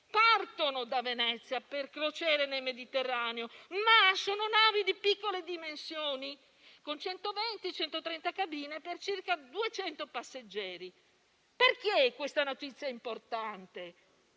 partono da Venezia per crociere nel Mediterraneo, ma sono navi di piccole dimensioni, con 120-130 cabine per circa 200 passeggeri. Questa notizia è importante